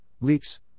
leaks